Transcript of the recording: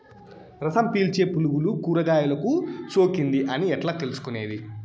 రసం పీల్చే పులుగులు కూరగాయలు కు సోకింది అని ఎట్లా తెలుసుకునేది?